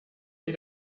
die